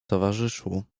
towarzyszu